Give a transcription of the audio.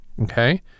okay